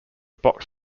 box